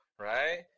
Right